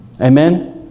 Amen